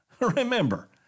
Remember